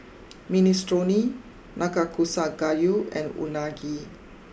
Minestrone Nanakusa Gayu and Unagi